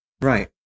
Right